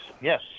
yes